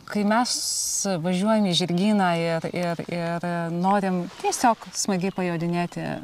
kai mes važiuojam į žirgyną ir ir ir norim tiesiog smagiai pajodinėti